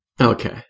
Okay